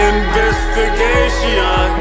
Investigation